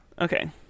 Okay